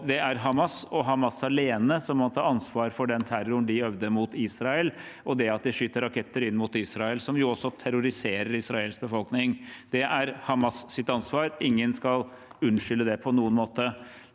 det er Hamas og Hamas alene som må ta ansvar for den terroren de øvde mot Israel og det at de skyter raketter inn mot Israel, som jo også terroriserer israelsk befolkning. Det er Hamas’ ansvar, ingen skal unnskylde det på noen måte.